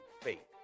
faith